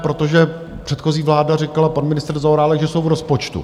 Protože předchozí vláda říkala, pan ministr Zaorálek, že jsou v rozpočtu.